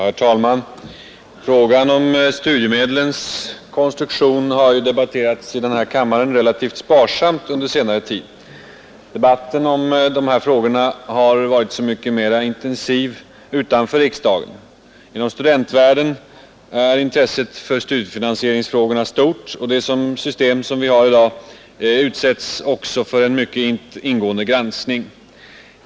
Herr talman! Frågan om studiemedlens konstruktion har debatterats relativt sparsamt i denna kammare under senare tid. Debatten i frågan har varit så mycket intensivare utanför riksdagen. Inom studentvärlden är intresset för studiefinansieringen stort, och det system vi i dag har utsätts också för en mycket ingående granskning.